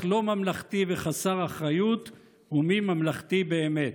לא ממלכתי וחסר אחריות ומי ממלכתי באמת.